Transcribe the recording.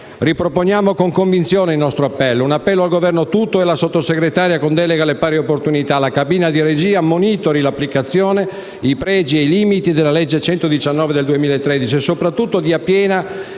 Riproponiamo con convinzione il nostro appello. Un appello al Governo tutto e alla Sottosegretaria con delega alle pari opportunità: la cabina di regia monitori l'applicazione, i pregi e i limiti della legge n. 119 del 2013, e soprattutto dia piena